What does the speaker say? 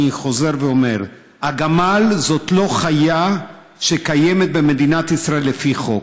אני חוזר ואומר: הגמל זאת לא חיה שקיימת במדינת ישראל לפי חוק.